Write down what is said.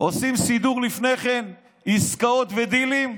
עושים סידור לפני כן, עסקאות ודילים.